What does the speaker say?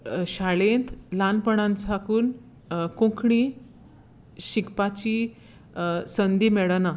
शाळेंत ल्हानपणां साकून कोंकणी शिकपाची संदी मेळना